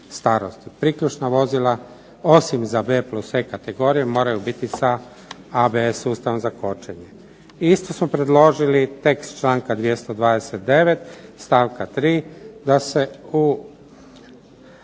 Priključna vozila, osim za B+E kategoriju, moraju biti sa ABS sustavom za kočenje. I isto smo predložili tekst članka 229. stavka 3. da se u